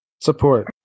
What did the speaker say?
Support